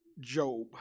Job